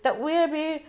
त उहे बि